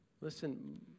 Listen